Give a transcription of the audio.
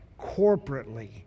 corporately